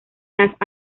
las